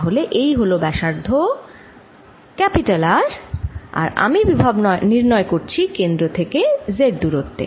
তাহলে এই হল ব্যসার্ধ R আর আমি বিভব নির্ণয় করছি কেন্দ্র থেকে z দুরত্বে